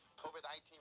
COVID-19